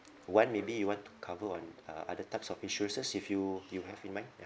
Wan maybe you want to cover on uh other types of insurances if you you have in mind